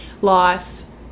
loss